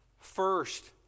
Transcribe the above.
First